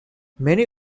many